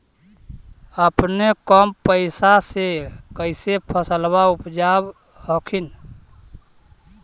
अपने कम पैसा से कैसे फसलबा उपजाब हखिन?